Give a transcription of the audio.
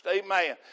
amen